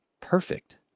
perfect